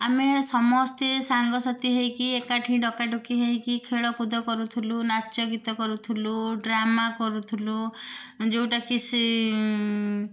ଆମେ ସମସ୍ତେ ସାଙ୍ଗ ସାଥୀ ହେଇକି ଏକାଠି ଡକାଡକି ହେଇକି ଖେଳକୁଦ କରୁଥିଲୁ ନାଚଗୀତ କରୁଥିଲୁ ଡ୍ରାମା କରୁଥିଲୁ ଯେଉଁଟା କି ସେ